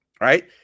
right